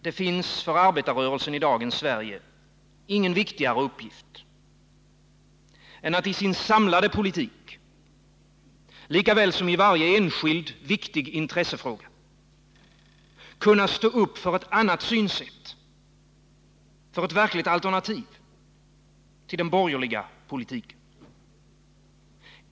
Det finns för arbetarrörelsen i dagens Sverige ingen viktigare Onsdagen den uppgift än att i sin samlade politik, lika väl som i varje enskild, viktig 21 november 1979 intressefråga, kunna stå upp för ett annat synsätt, för ett verkligt alternativ till den borgerliga politiken.